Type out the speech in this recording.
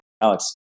Alex